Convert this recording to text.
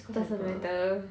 doesn't matter